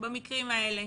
במקרים האלה.